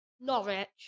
Norwich